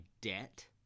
debt